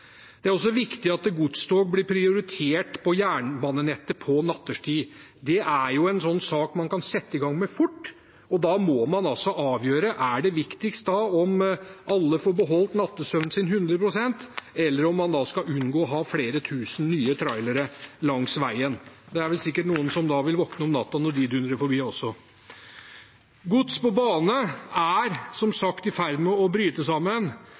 Det er også viktig at godstog blir prioritert på jernbanenettet nattestid. Det er en sak man kan sette i gang med fort, og da må man avgjøre om det er viktigst at alle får beholde nattesøvnen hundre prosent eller om man skal unngå å ha flere tusen nye trailere langs veien. Det er sikkert noen som vil våkne om natta når de dundrer forbi også. Gods på bane er som sagt i ferd med å bryte sammen,